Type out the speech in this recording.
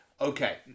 Okay